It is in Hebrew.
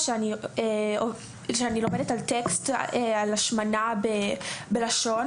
או כשאני לומדת טקסט על השמנה בלשון,